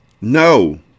No